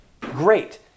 great